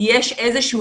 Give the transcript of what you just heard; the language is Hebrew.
יש איזה שהוא,